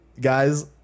guys